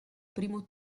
primo